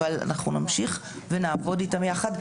אבל אנחנו נמשיך ונעבוד איתם יחד,